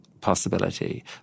possibility